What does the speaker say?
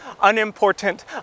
unimportant